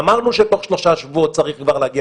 אמרנו שתוך שלושה שבועות צריך כבר להגיע